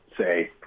say